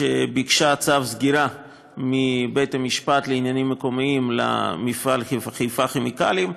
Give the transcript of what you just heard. ביקשה צו סגירה מבית-המשפט לעניינים מקומיים למפעל חיפה כימיקלים,